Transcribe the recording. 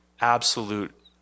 absolute